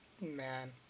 Man